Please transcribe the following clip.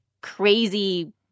crazy